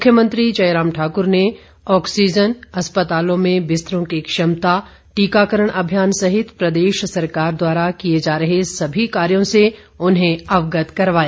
मुख्यमंत्री जयराम ठाक्र ने ऑक्सीजन अस्पतालों में बिस्तरों की क्षमता टीकाकरण अभियान सहित प्रदेश सरकार द्वारा किए जा रहे सभी कार्यों से उन्हें अवगत करवाया गया